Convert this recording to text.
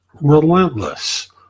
Relentless